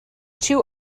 two